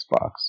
Xbox